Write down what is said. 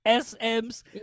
SM's